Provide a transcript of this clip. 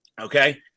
Okay